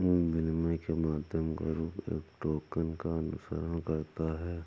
विनिमय के माध्यम का रूप एक टोकन का अनुसरण करता है